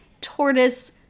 tortoise